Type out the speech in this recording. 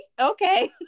Okay